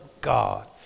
God